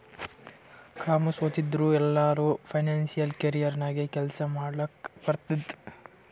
commerce ಓದಿದವ್ರು ಎಲ್ಲರೂ financial career ನಾಗೆ ಕೆಲ್ಸಾ ಮಾಡ್ಲಕ್ ಬರ್ತುದ್